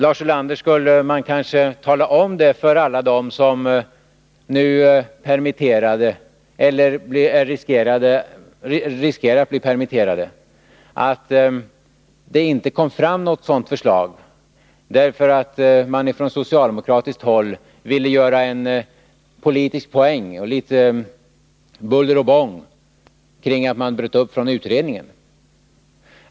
Man skulle kanske, Lars Ulander, för alla dem som nu riskerar att bli permitterade tala om att det inte kom fram något sådant förslag, därför att man från socialdemokratiskt håll ville göra en politisk poäng av och skapa litet buller och bång kring att man bröt upp från utredningen.